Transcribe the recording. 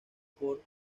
por